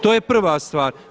To je prva stvar.